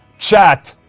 chat.